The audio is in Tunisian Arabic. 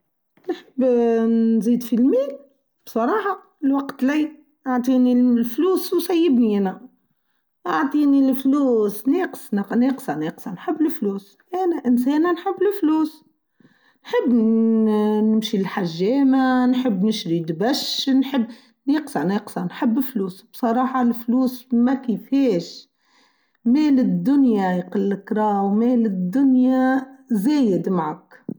نحب نزيد في المال بصراحه الوقت لايه عطيني الفلوس و سايبني أنا أعطيني الفلوس ناقصه ناقصه ناقصه نحب الفلوس أنا إنسانه نحب الفلوس نحب نشري الحجامه نحب نشري الدبش نحب ناقصه ناقصه نحب الفلوس بصراحه الفلوس ماكيفاش مال الدنيا للكرا و مال الدنيا زايد معك.